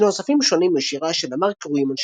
שני אוספים שונים משיריה של דמארי קרויים על